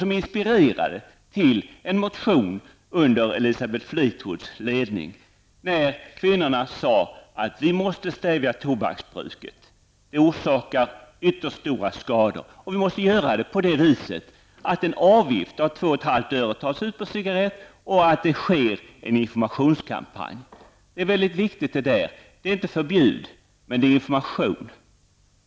Mötet inspirerade till en motion med Elisabeth Fleetwood som första namn. I den motionen skriver kvinnorna att tobaksbruket måste stävjas. Det orsakar ytterst stora skador. Man föreslår att en avgift på två och ett halvt öre per cigarett skall tas ut och att det anordnas en informationskampanj. Detta innebär inte förbud, utan det är information.